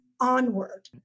onward